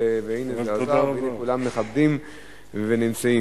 וכולם מכבדים ונמצאים.